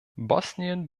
bosnien